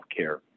healthcare